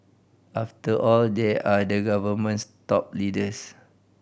after all they are the government's top leaders